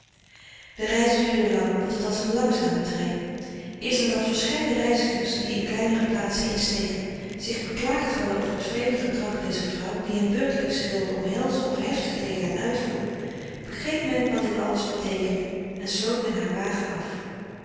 de reis duurde lang want het was een langzame trein eerst nadat verscheiden reizigers die in kleinere plaatsen instegen zich beklaagd hadden over het vreemde gedrag dezer vrouw die hen beurtelings wilde omhelzen of heftig tegen hen uitvoer begreep men wat dit alles beteekende en sloot men haar wagen af